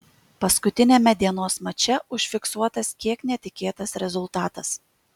paskutiniame dienos mače užfiksuotas kiek netikėtas rezultatas